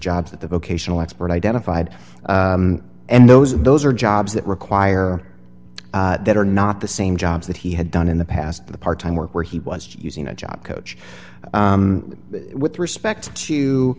jobs that the vocational expert identified and those are those are jobs that require that are not the same jobs that he had done in the past the part time work where he was using a job coach with respect